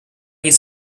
his